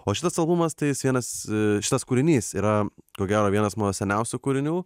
o šitas albumas tai jis vienas šitas kūrinys yra ko gero vienas mano seniausių kūrinių